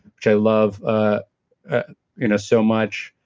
which i love ah ah you know so much.